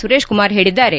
ಸುರೇಶ್ ಕುಮಾರ್ ಹೇಳಿದ್ದಾರೆ